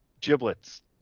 Giblets